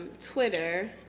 Twitter